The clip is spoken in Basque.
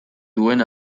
duen